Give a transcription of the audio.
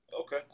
Okay